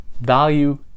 value